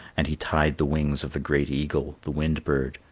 and he tied the wings of the great eagle, the wind bird,